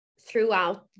throughout